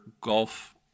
golf